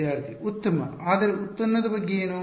ವಿದ್ಯಾರ್ಥಿ ಉತ್ತಮ ಆದರೆ ಉತ್ಪನ್ನದ ಬಗ್ಗೆ ಏನು